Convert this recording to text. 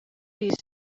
iyi